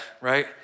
right